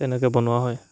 তেনেকৈ বনোৱা হয়